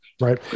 Right